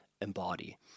embody